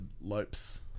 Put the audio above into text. Lopes